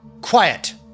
Quiet